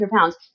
pounds